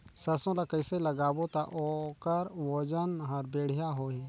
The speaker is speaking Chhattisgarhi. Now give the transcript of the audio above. सरसो ला कइसे लगाबो ता ओकर ओजन हर बेडिया होही?